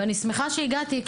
ואני שמחה שהגעתי,